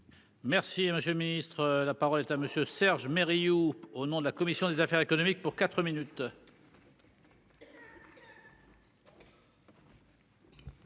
Merci, monsieur le Ministre, la parole est à monsieur Serge mais Riou au nom de la commission des affaires économiques pour 4 minutes.